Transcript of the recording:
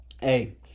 hey